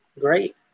great